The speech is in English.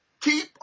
keep